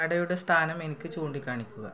കടയുടെ സ്ഥാനം എനിക്ക് ചൂണ്ടിക്കാണിക്കുക